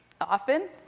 often